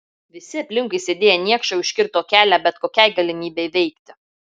visi aplinkui sėdėję niekšai užkirto kelią bet kokiai galimybei veikti